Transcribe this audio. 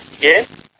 Yes